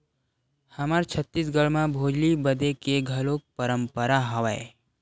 हमर छत्तीसगढ़ म भोजली बदे के घलोक परंपरा हवय